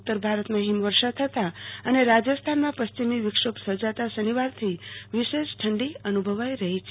ઉત્તર ભારતમાં હિમવર્ષા થતા અને રાજસ્થાનમાં પશ્ચિમી વિક્ષોભ સર્જાતા શનિવારથી વિશેષ ઠંડી અનુભવી રહી છે